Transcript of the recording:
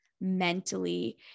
mentally